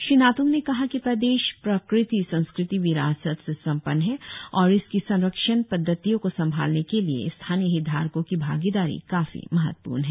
श्री नातंग ने कहा कि प्रदेश प्रकृति संस्कृति विरासत से संपन्न है और इसकी संरक्षण पद्धातियों को संभालने के लिए स्थानीय हितधारकों की भागीदारी काफी महत्वपूर्ण है